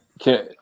Okay